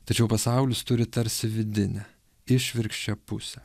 tačiau pasaulis turi tarsi vidinę išvirkščią pusę